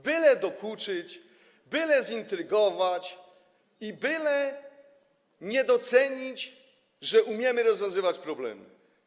Byle dokuczyć, byle intrygować i byle nie docenić, że umiemy rozwiązywać problemy.